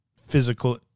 Physical